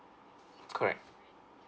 correct